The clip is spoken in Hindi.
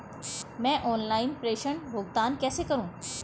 मैं ऑनलाइन प्रेषण भुगतान कैसे करूँ?